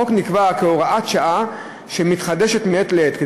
החוק נקבע כהוראת שעה שמתחדשת מעת לעת,